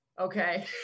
Okay